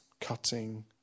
cutting